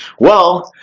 well,